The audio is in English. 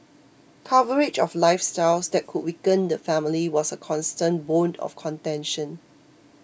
coverage of lifestyles that could weaken the family was a constant bone of contention